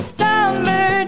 summer